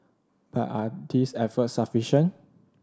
but are these efforts sufficient